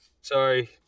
Sorry